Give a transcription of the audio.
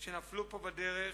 שנפלו פה בדרך,